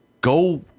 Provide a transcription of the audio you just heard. go